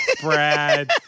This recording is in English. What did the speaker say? Brad